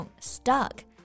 stuck，